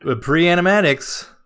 pre-animatics